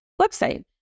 website